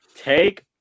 Take